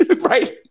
Right